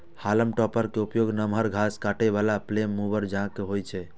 हाल्म topper के उपयोग नमहर घास काटै बला फ्लेम मूवर जकां होइ छै